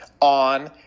on